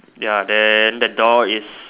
ya then the door is